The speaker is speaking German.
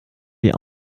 die